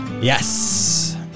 Yes